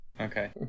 Okay